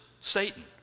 Satan